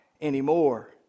anymore